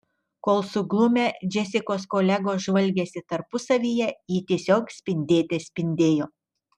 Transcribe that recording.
kol suglumę džesikos kolegos žvalgėsi tarpusavyje ji tiesiog spindėte spindėjo